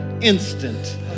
instant